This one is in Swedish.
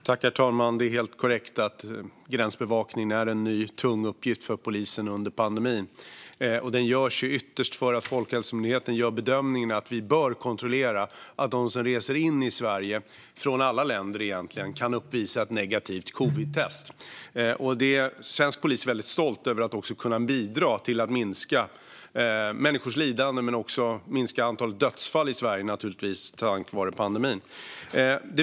Herr talman! Det är helt korrekt att gränsbevakningen är en ny tung uppgift för polisen under pandemin. Den utförs ju ytterst därför att Folkhälsomyndigheten gör bedömningen att vi bör kontrollera att de som reser in i Sverige - från alla länder, egentligen - kan uppvisa ett negativt covidtest. Svensk polis är väldigt stolt över att kunna bidra till att minska människors lidande och antalet dödsfall i Sverige på grund av pandemin.